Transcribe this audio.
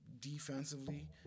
Defensively